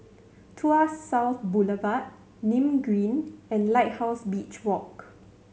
Tuas South Boulevard Nim Green and Lighthouse Beach Walk